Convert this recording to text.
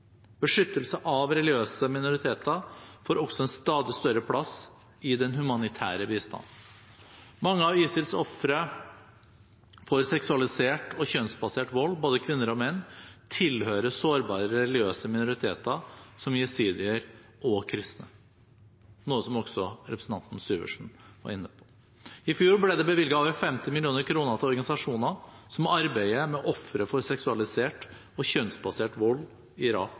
Beskyttelse av religiøse minoriteter får også en stadig større plass i den humanitære bistanden. Mange av ISILs ofre for seksualisert og kjønnsbasert vold, både kvinner og menn, tilhører sårbare religiøse minoriteter som jesidier og kristne, noe som også representanten Syversen var inne på. I fjor ble det bevilget over 50 mill. kr til organisasjoner som arbeider med ofre for seksualisert og kjønnsbasert vold i